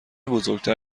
بزرگتر